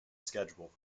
schedule